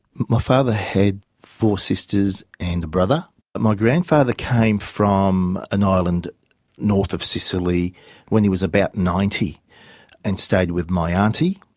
my father had four sisters and a brother, and my grandfather came from an island north of sicily when he was about ninety and stayed with my auntie.